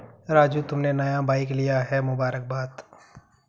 राजू तुमने नया बाइक लिया है मुबारकबाद